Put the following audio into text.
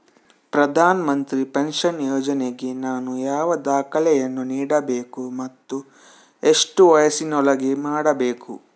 ಪ್ರಧಾನ ಮಂತ್ರಿ ಪೆನ್ಷನ್ ಯೋಜನೆಗೆ ನಾನು ಯಾವ ದಾಖಲೆಯನ್ನು ನೀಡಬೇಕು ಮತ್ತು ಎಷ್ಟು ವಯಸ್ಸಿನೊಳಗೆ ಮಾಡಬೇಕು?